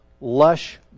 lush